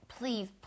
please